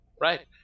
Right